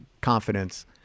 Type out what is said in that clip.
confidence